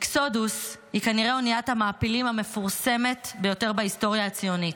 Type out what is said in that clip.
אקסודוס היא כנראה אוניית המעפילים המפורסמת ביותר בהיסטוריה הציונית.